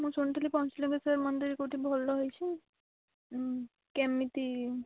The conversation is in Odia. ମୁଁ ଶୁଣିଥିଲି ପଞ୍ଚଲିଙ୍ଗେଶ୍ୱର ମନ୍ଦିର କେଉଁଠି ଭଲ ହେଇଛି କେମିତି